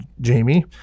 Jamie